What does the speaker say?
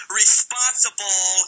responsible